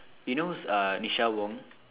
you know who's uh Nisha Wong